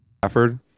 Stafford